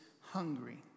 hungry